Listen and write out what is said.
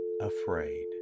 afraid